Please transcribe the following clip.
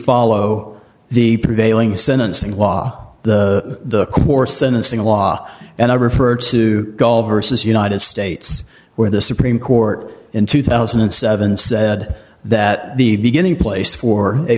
follow the prevailing sentencing law the course than acing law and i refer to gull versus united states where the supreme court in two thousand and seven said that the beginning place for a